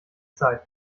zeit